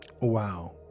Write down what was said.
Wow